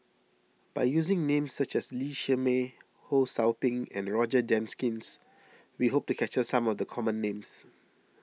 by using names such as Lee Shermay Ho Sou Ping and Roger Jenkins we hope to capture some of the common names